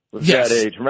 Yes